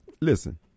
listen